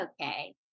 okay